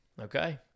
Okay